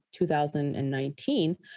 2019